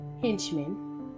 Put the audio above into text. henchman